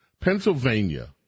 Pennsylvania